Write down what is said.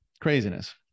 craziness